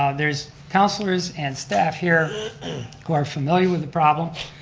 ah there's councilors and staff here who are familiar with the problem,